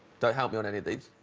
don't help me on any of these